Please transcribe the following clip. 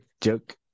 joke